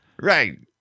Right